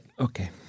okay